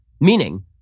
meaning